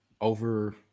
over